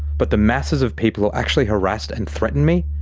but the masses of people who actually harassed and threatened me?